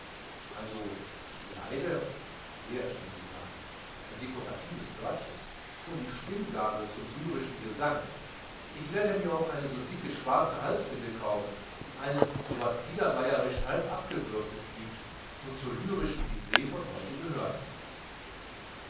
also ich leide sehr schön gesagt ein dekoratives wörtchen schon die stimmgabel zum lyrischen gesang ich werde mir auch so eine dicke schwarze halsbinde kaufen die einem so was biedermeierisch halbabgewürgtes giebt und zur lyrischen livree von heute gehört